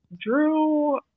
Drew